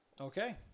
Okay